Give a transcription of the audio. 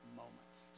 moments